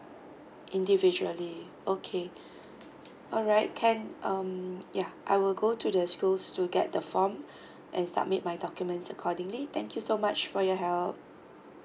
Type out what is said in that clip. individually okay alright can um yeah I will go to the schools to get the form and submit my documents accordingly thank you so much for your help